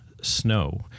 snow